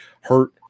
hurt